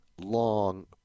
long